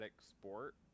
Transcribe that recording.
sport